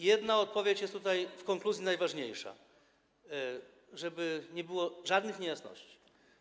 Jedna odpowiedź jest więc - konkludując - najważniejsza, żeby nie było żadnych niejasności: